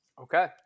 Okay